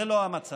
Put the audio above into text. זה לא המצב.